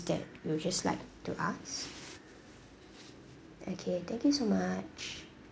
that you'd just like to ask okay thank you so much